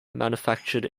manufactured